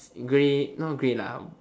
grey not grey lah